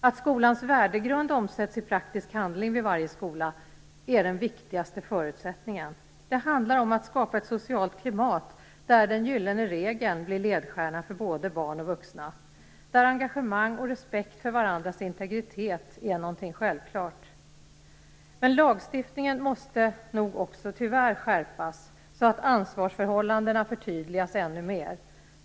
Att skolans värdegrund omsätts i praktisk handling vid varje skola är den viktigaste förutsättningen. Det handlar om att skapa ett socialt klimat där den gyllene regeln blir ledstjärna för både barn och vuxna. Där är engagemang och respekt för varandras integritet någonting självklart. Men lagstiftningen måste nog tyvärr också skärpas, så att ansvarsförhållandena förtydligas ännu mer.